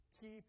Keep